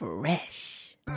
Fresh